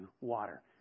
water